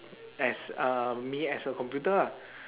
as uh me as a computer lah